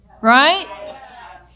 right